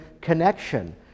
connection